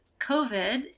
COVID